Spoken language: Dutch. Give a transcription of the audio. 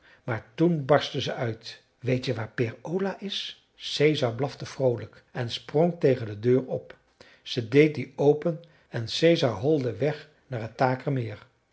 maar toen barstte ze uit weet je waar peer ola is caesar blafte vroolijk en sprong tegen de deur op ze deed die open en caesar holde weg naar het takermeer